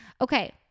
Okay